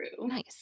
Nice